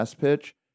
Pitch